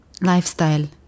Lifestyle